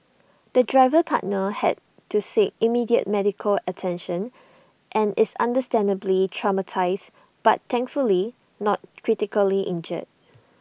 the driver partner had to seek immediate medical attention and is understandably traumatised but thankfully not critically injured